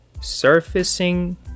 Surfacing